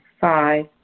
five